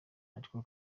ariko